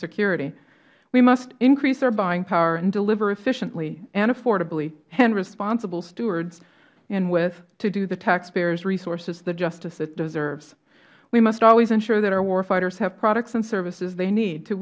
security we must increase our buying power and deliver efficiently and affordably and responsible stewards to do the taxpayers resources the justice it deserves we must always ensure that our warfighters have products and services they need to